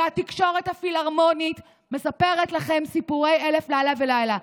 והתקשורת הפילהרמונית מספרת לכם סיפורי אלף לילה ולילה.